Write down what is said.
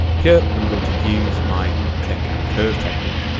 here, i'm going to use my click and curve technique.